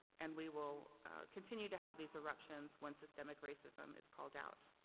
and we will continue to have these erruptions when systemic racism is called out.